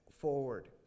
forward